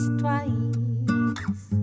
twice